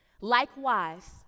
Likewise